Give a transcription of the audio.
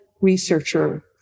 researcher